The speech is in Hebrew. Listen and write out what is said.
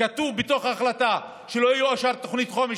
כתוב בתוך ההחלטה שלא תאושר תוכנית חומש